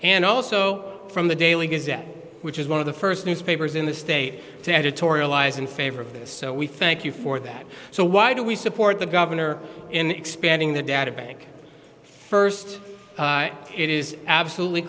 and also from the daily gazette which is one of the first newspapers in the state to editorialize in favor of this so we thank you for that so why do we support the governor in expanding the data bank first it is absolutely